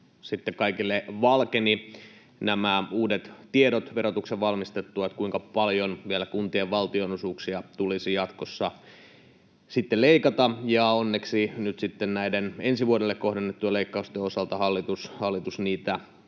kaikille valkenivat nämä uudet tiedot, kuinka paljon vielä kuntien valtionosuuksia tulisi jatkossa leikata. Onneksi nyt sitten ensi vuodelle kohdennettuja leikkauksia hallitus